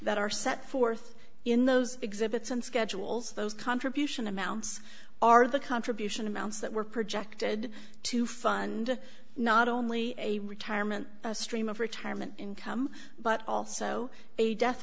that are set forth in those exhibits and schedules those contribution amounts are the contribution amounts that were projected to fund not only a retirement stream of retirement income but also a de